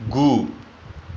गु